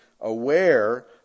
aware